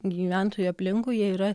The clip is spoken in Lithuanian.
gyventojų aplinkui jie yra